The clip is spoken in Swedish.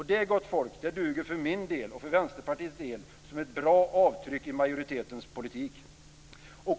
Det, gott folk, duger för min och Vänsterpartiets del som ett bra avtryck i majoritetens politik!